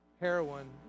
heroin